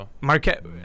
Marquette